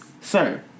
sir